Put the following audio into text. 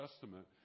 Testament